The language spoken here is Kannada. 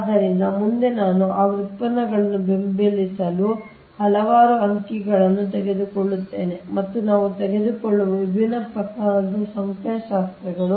ಆದ್ದರಿಂದ ಮುಂದೆ ನಾನು ಆ ವ್ಯುತ್ಪನ್ನಗಳನ್ನು ಬೆಂಬಲಿಸಲು ಹಲವಾರು ಅಂಕಿಗಳನ್ನು ತೆಗೆದುಕೊಳ್ಳುತ್ತೇನೆ ಮತ್ತು ನಾವು ತೆಗೆದುಕೊಳ್ಳುವ ವಿಭಿನ್ನ ಪ್ರಕಾರದ ಸಂಖ್ಯಾಶಾಸ್ತ್ರಗಳು